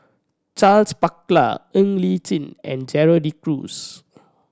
Charles Paglar Ng Li Chin and Gerald De Cruz